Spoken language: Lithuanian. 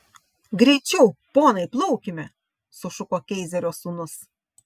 greičiau ponai plaukime sušuko keizerio sūnus